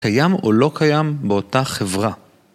קיים או לא קיים באותה חברה.